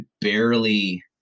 barely